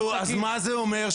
נו, אז מה זה אומר?